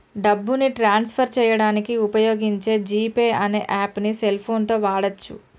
డబ్బుని transfer చేయడానికి వుపయోగించే జీ పే అనే యాప్పుని సెల్ ఫోన్ తో వాడచ్చు